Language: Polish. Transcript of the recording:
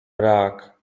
brak